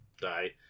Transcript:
die